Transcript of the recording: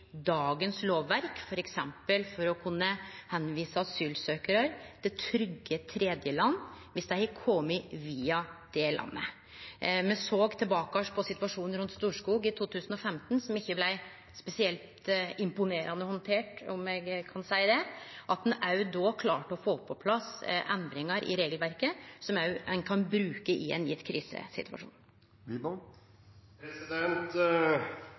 dagens lovverk, f.eks. for å kunne vise asylsøkjarar til trygge tredjeland viss dei har kome via det landet. Me såg tilbake på situasjonen rundt Storskog i 2015, som ikkje blei spesielt imponerande handtert – om eg kan seie det – at ein då klarte å få på plass endringar i regelverket som ein kan bruke i ein gjeven krisesituasjon.